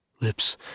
Lips